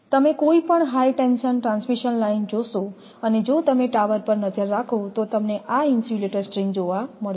તમે કોઈપણ high tension transmission line જોશો અને જો તમે ટાવર પર નજર નાખો તો તમને આ ઇન્સ્યુલેટર સ્ટ્રિંગ જોવા મળશે